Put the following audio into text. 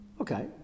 Okay